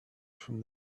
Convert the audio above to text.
from